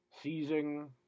seizing